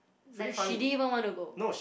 like she didn't even want to go